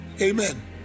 Amen